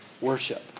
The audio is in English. worship